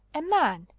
a man.